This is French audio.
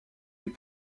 des